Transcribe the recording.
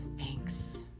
Thanks